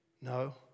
No